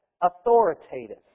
authoritative